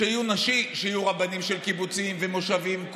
שיהיו רבנים של קיבוצים ומושבים,